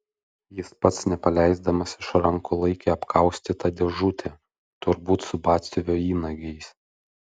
jis pats nepaleisdamas iš rankų laikė apkaustytą dėžutę turbūt su batsiuvio įnagiais